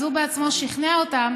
אז הוא בעצמו שכנע אותם